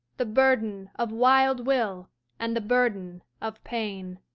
the burden of wild will and the burden of pain.